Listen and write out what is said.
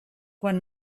quan